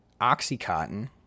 OxyContin